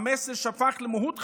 המסר שהפך למהות חייו,